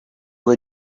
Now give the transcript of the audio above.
were